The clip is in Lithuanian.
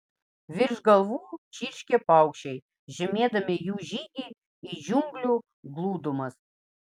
virš galvų čirškė paukščiai žymėdami jų žygį į džiunglių glūdumas